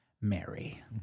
Mary